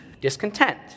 discontent